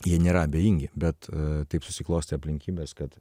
jie nėra abejingi bet taip susiklostė aplinkybės kad